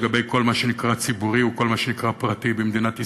לגבי כל מה שנקרא ציבורי וכל מה שנקרא פרטי במדינת ישראל,